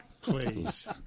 Please